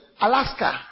Alaska